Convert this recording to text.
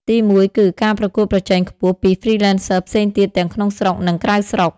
ទីមួយ គឺ ការប្រកួតប្រជែងខ្ពស់ ពី Freelancers ផ្សេងទៀតទាំងក្នុងស្រុក និងក្រៅស្រុក។